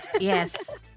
Yes